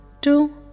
two